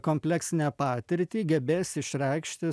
kompleksinę patirtį gebės išreikšti